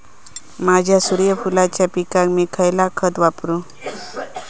माझ्या सूर्यफुलाच्या पिकाक मी खयला खत वापरू?